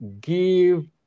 give